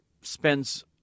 spends –